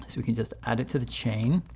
so you can just add it to the chain.